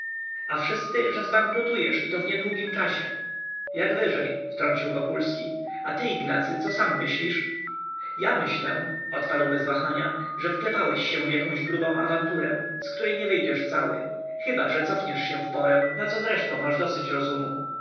a wszyscy że zbankrutujesz i to w niedługim czasie jak wyżej wtrącił wokulski a ty ignacy co sam myślisz ja myślę odparł bez wahania że wklepałeś się w jakąś grubą awanturę z której nie wyjdziesz cały chyba że cofniesz się w porę na co zresztą masz dosyć rozumu